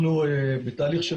אנחנו בתהליך,